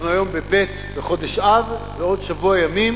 אנחנו היום בב' בחודש אב ובעוד שבוע ימים